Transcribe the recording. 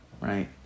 Right